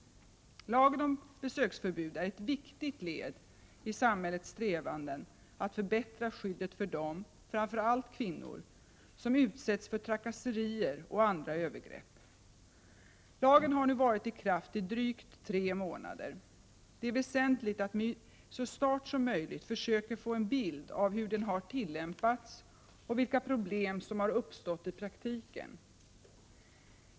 Lagen om besöksförbud är ett viktigt led i samhällets strävanden att Prot. 1988/89:6 förbättra skyddet för dem — framför allt kvinnor — som utsätts för trakasserier 6 oktober 1988 och andra övergrepp. Lagen har nu varit i kraft i drygt tre månader. Det är väsentligt att vi så snart som möjligt försöker få en bild av hur den har tillämpats och vilka problem som kan ha uppstått i praktiken.